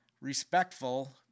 respectful